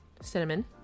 cinnamon